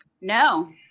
No